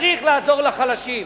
צריך לעזור לחלשים.